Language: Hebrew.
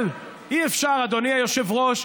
אבל אי-אפשר, אדוני היושב-ראש,